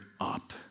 up